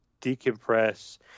decompress